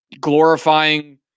glorifying